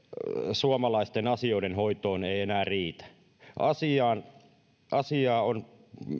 suomalaisten asioiden hoitoon ei enää riitä asiaan on